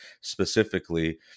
specifically